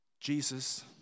Jesus